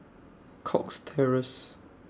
Cox Terrace